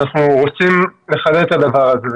אנחנו רוצים ל --- את הדבר הזה.